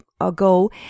ago